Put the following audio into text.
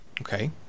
Okay